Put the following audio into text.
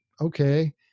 okay